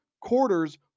quarters